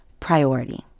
Priority